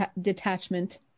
detachment